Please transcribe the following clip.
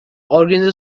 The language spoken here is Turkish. organize